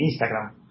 Instagram